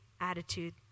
attitude